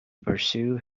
pursue